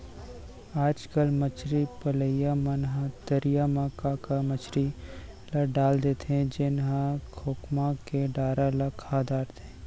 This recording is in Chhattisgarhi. आजकल मछरी पलइया मन ह तरिया म का का मछरी ल डाल देथे जेन ह खोखमा के डारा ल खा जाथे